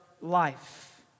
life